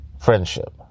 friendship